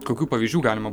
kokių pavyzdžių galima